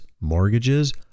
mortgages